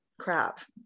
Crap